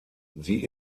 sie